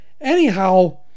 anyhow